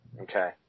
Okay